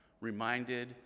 reminded